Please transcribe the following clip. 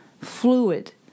fluid